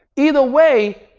either way,